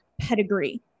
pedigree